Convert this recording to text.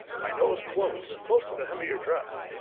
my nose close, close to the hem of your dress.